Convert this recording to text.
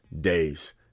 days